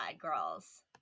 girls